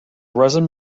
resin